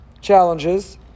challenges